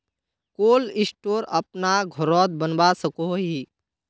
Cold store अपना घोरोत बनवा सकोहो ही?